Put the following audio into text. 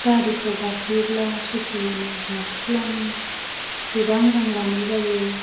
गारिफ्राव गाखोयोब्ला ससे लामा गाखोब्लानो गोबां रां लानाय जायो